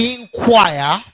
Inquire